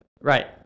right